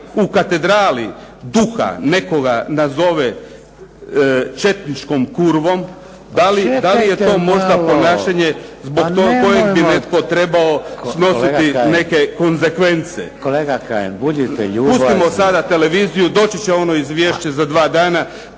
u Katedrali duha nekoga nazove četničkom kurvom da li je to možda ponašanje zbog kojeg bi netko trebao snositi neke konzekvence. **Šeks, Vladimir (HDZ)** Čekajte malo.